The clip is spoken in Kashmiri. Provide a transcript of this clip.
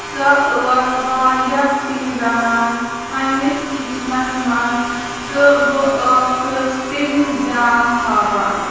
سۄ ٲسۍ واریاہ سِنۍ رَنان پنٛنِس کِچنَس منٛز تہٕ بہٕ ٲسٕس تیٚمِس دیان تھاوان